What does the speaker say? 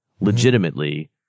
legitimately